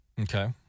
okay